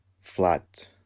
flat